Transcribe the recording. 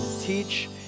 teach